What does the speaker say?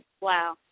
Wow